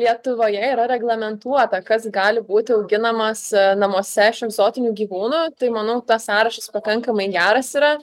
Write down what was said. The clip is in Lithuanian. lietuvoje yra reglamentuota kas gali būti auginamas namuose iš egzotinių gyvūnų tai manau tas sąrašas pakankamai geras yra